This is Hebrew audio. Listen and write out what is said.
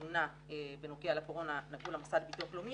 התלונה בנוגע לקורונה נגעו למוסד לביטוח לאומי,